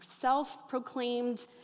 Self-proclaimed